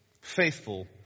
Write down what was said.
faithful